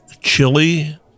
chili